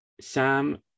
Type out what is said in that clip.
Sam